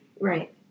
Right